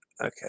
Okay